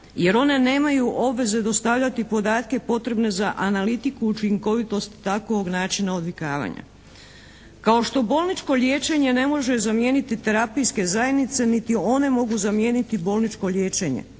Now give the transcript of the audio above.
jer one nemaju obveze dostavljati podatke potrebne za analitiku, učinkovitost takovog načina odvikavanja. Kao što bolničko liječenje ne može zamijeniti terapijske zajednice niti one mogu zamijeniti bolničko liječenje.